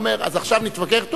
אז עכשיו נתווכח אתו?